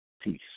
peace